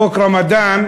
חוק רמדאן,